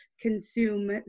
consume